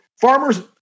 farmers